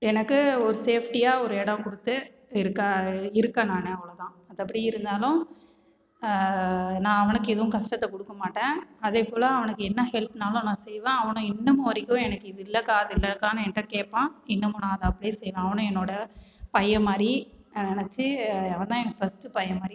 எனக்கு ஒரு சேஃப்டியாக ஒரு எடம் குடுத்து இருக்கா இருக்க நானு அவ்ளோதா மத்தபடி இருந்தாலும் நான் அவனுக்கு எதுவும் கஷ்டத்தைகொடுக்க மாட்டேன் அதே போல அவனுக்கு என்ன ஹெல்ப்னாலும் நான் செய்வேன் அவனு இன்னுமும் வரைக்கும் எனக்கு இதில்லேக்கா அதில்லேக்கானு என்கிட்ட கேட்பான் இன்னுமும் நான் அதை அப்படியே செய்வேன் அவனு என்னோடய பையன்மாதிரி நினச்சி அவன் தான் எனக்கு ஃபஸ்ட் பையன் மாதிரி